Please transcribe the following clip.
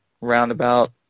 roundabout